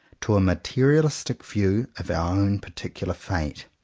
to a materialistic view of our own particular fate.